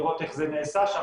לראות איך זה נעשה שם,